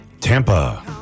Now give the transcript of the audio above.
Tampa